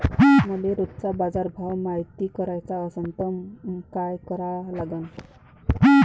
मले रोजचा बाजारभव मायती कराचा असन त काय करा लागन?